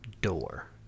door